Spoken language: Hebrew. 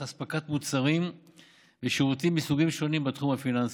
אספקת מוצרים ושירותים מסוגים שונים בתחום הפיננסי.